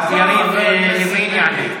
אז יריב לוין יענה.